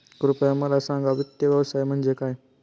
कृपया मला सांगा वित्त व्यवसाय म्हणजे काय?